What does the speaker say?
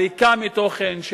הריקה מתוכן,